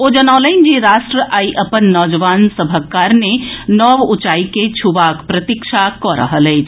ओ जनौलनि जे राष्ट्र आई अपन नौजवान सभक कारणे नव ऊंचाई के छुबाक प्रतीक्षा कऽ रहल अछि